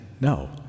No